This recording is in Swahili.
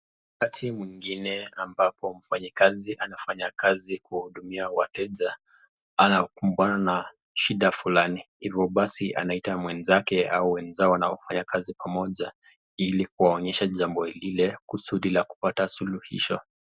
Wakati mwingine ambapo mfanyakazi anafanya kazi kuhudumia wateja, anakumbana na shida fulani hivyo basi anahitaji mwenzake au wenzake wanaofanya kazi pamoja ili kuwaonyesha jambo lile kusudi la kupata suluhisho.